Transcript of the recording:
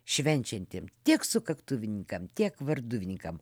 švenčiantiem tiek sukaktuvininkam tiek varduvininkam